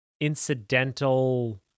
incidental